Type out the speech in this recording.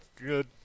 good